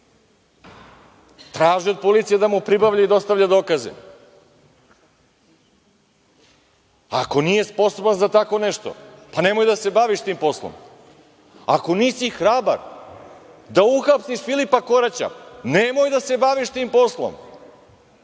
traži od policije da mu pribavlja i dostavlja dokaze. Ako nije sposoban za tako nešto, nemoj da se bavi tim poslom. Ako nisi hrabar da uhapsiš Filipa Koraća, nemoj da se baviš tim poslom.